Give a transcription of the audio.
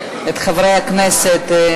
את חברי הכנסת.